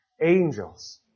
angels